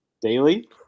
Daily